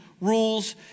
rules